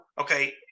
okay